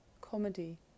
comedy